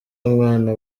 mwana